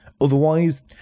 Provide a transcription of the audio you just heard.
otherwise